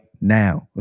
now